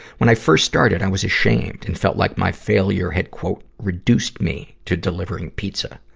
when i first started, i was ashamed and felt like my failure had reduced me to delivering pizza.